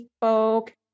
folk